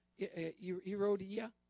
Erodia